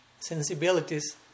sensibilities